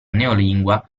neolingua